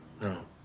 no